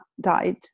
died